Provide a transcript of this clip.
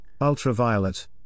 ultraviolet